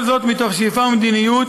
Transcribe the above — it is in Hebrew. כל זאת מתוך שאיפה ומדיניות